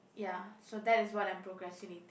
ya so that is what I'm procrastinating